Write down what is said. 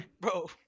Bro